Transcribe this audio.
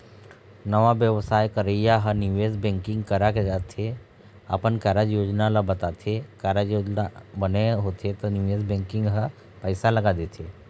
नवा बेवसाय करइया ह निवेश बेंकिग करा जाके अपन कारज योजना ल बताथे, कारज योजना बने होथे त निवेश बेंकिग ह पइसा लगा देथे